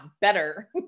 better